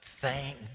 thank